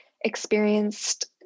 experienced